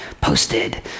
posted